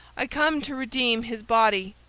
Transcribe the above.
i come to redeem his body,